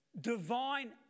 divine